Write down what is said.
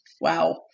wow